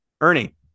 Ernie